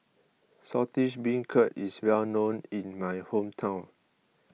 Saltish Beancurd is well known in my hometown